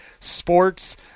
sports